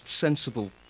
sensible